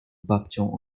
babcią